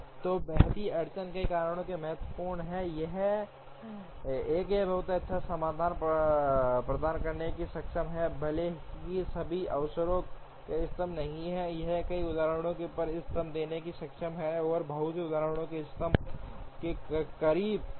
तो बहती अड़चन कई कारणों से महत्वपूर्ण है एक यह बहुत अच्छा समाधान प्रदान करने में सक्षम है भले ही सभी अवसरों पर इष्टतम नहीं है यह कई उदाहरणों पर इष्टतम देने में सक्षम है और बहुत से उदाहरणों पर इष्टतम के करीब है